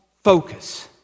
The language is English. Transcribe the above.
Focus